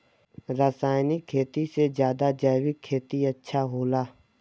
रासायनिक खेती से ज्यादा जैविक खेती अच्छा होला